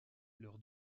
leur